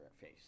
face